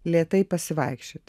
lėtai pasivaikščiot